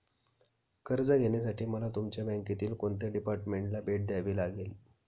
कर्ज घेण्यासाठी मला तुमच्या बँकेतील कोणत्या डिपार्टमेंटला भेट द्यावी लागेल?